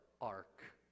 ark